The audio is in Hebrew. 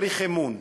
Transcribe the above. צריך אמון.